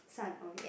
sun okay